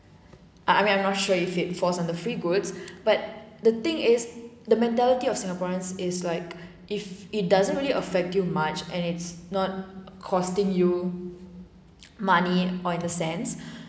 I mean I'm not sure if it falls under free goods but the thing is the mentality of singaporeans is like if it doesn't really affect too much and it's not costing you money or in the sense